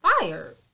fired